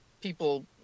people